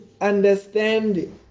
understand